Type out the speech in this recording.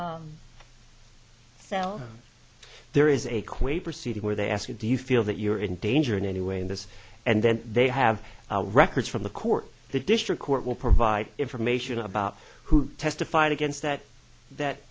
proceeding where they ask you do you feel that you are in danger in any way in this and then they have records from the court the district court will provide information about who testified against that that